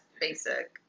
basic